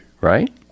right